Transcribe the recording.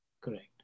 Correct